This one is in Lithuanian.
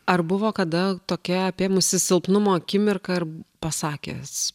ar buvo kada tokia apėmusi silpnumo akimirką pasakęs